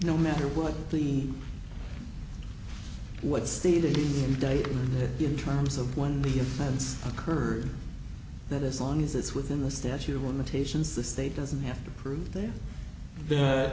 no matter what the what state of the day in terms of when the offense occurred that as long as it's within the statute of limitations the state doesn't have to prove th